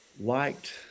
liked